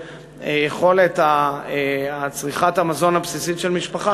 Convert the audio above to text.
יכולת צריכת המזון הבסיסית של משפחה,